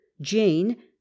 Jane